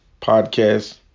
podcast